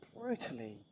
brutally